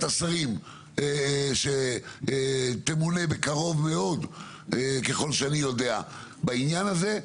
השרים שתמונה בקרוב מאוד ככל שאני יודע בעניין הזה,